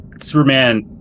Superman